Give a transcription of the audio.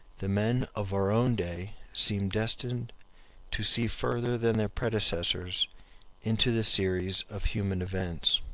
the men of our own day seem destined to see further than their predecessors into the series of human events.